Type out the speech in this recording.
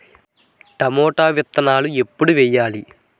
Tomato విత్తనాలు ఎప్పుడు వెయ్యాలి?